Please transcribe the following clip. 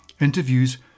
interviews